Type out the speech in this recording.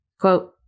quote